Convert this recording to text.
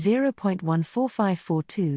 0.14542